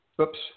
Oops